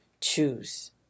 Choose